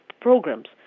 programs